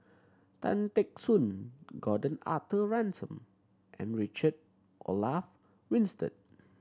Tan Teck Soon Gordon Arthur Ransome and Richard Olaf Winstedt